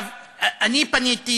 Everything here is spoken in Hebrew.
אני פניתי,